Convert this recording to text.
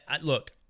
Look